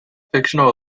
fictional